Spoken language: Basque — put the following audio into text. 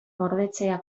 gordetzea